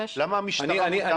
למה למשטרה מותר